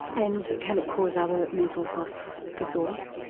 and can it cause other mental health disorders?